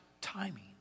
timing